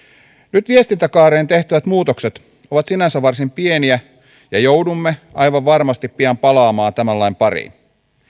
nyt viestintäkaareen tehtävät muutokset ovat sinänsä varsin pieniä ja joudumme aivan varmasti pian palaamaan tämän lain pariin